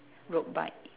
road bike